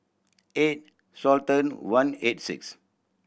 eight thousand one eighty six